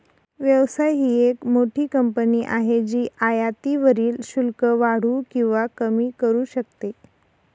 व्यवसाय ही एक मोठी कंपनी आहे जी आयातीवरील शुल्क वाढवू किंवा कमी करू शकते